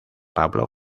pablo